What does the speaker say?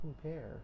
compare